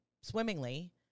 swimmingly